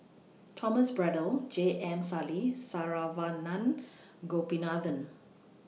Thomas Braddell J M Sali Saravanan Gopinathan